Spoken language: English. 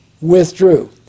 withdrew